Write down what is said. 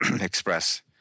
express